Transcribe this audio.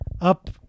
up